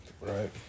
Right